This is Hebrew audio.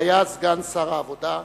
והיה סגן שר העבודה והרווחה.